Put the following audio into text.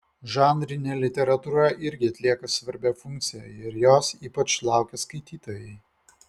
žanrinė literatūra irgi atlieka svarbią funkciją ir jos ypač laukia skaitytojai